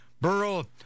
Burl